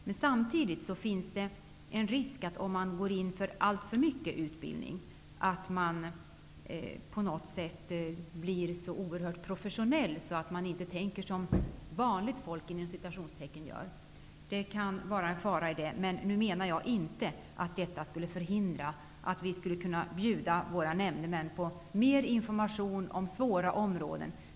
Men om man får för mycket utbildning, finns det en risk för att man blir så oerhört professionell att man inte tänker som ''vanligt folk'' gör. Jag anser dock inte att detta skulle förhindra att vi skulle bjuda våra nämndemän på mer information om svåra områden.